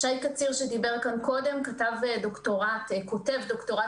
שי קציר שדיבר כאן קודם כותב דוקטורט בהנחייתי.